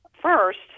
first